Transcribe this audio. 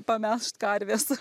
pamelžt karvės